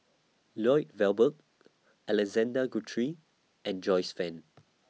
Lloyd Valberg Alexander Guthrie and Joyce fan